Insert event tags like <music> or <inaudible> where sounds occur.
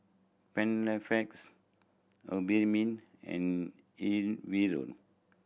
Panaflex Obimin and <unintelligible>